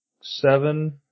seven